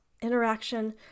interaction